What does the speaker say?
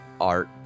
art